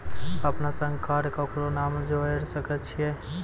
अपन संग आर ककरो नाम जोयर सकैत छी?